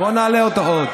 בואו נעלה אותו עוד.